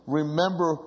remember